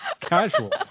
casual